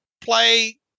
play